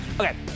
Okay